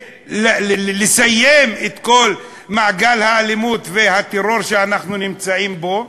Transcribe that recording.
לסיים את כל מעגל האלימות והטרור שאנחנו נמצאים בו,